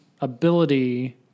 ability